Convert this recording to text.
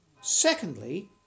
Secondly